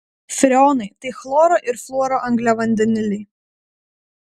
freonai tai chloro ir fluoro angliavandeniliai